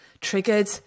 triggered